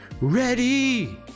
ready